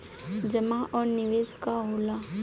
जमा और निवेश का होला?